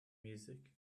music